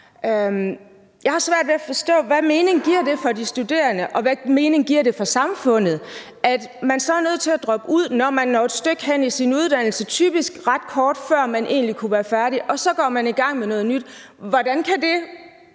Jeg har svært ved at forstå, hvad mening det giver for de studerende, og hvad mening det giver for samfundet, at man så er nødt til at droppe ud, når man når et stykke hen i sin uddannelse – typisk ret kort tid før man egentlig kunne være færdig, og så går man i gang med noget nyt. Hvordan kan det